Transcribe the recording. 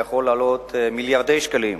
והוא יכול לעלות מיליארדי שקלים.